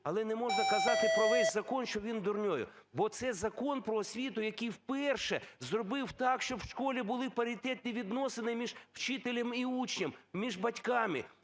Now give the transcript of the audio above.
Але не можна казати про весь закон, що він дурний, бо оцей Закон "Про освіту", який вперше зробив так, щоб в школи були паритетні відносини між вчителем і учнем, між батьками,